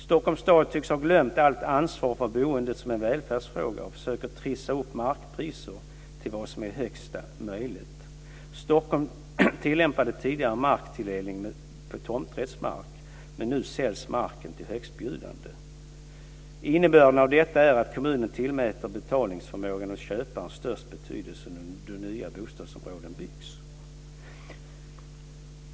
Stockholms stad tycks ha glömt allt ansvar för boendet som en välfärdsfråga och försöker trissa upp markpriserna så att de blir så höga som möjligt. Stockholm tillämpade tidigare marktilldelning på tomträttsmark, men nu säljs marken till högstbjudande. Innebörden av detta är att kommunen tillmäter betalningsförmågan hos köparen störst betydelse då nya bostadsområden byggs.